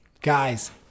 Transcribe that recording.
Guys